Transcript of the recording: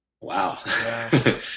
Wow